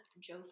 Joe